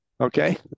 okay